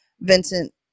Vincent